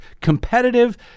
competitive